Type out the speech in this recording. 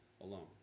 alone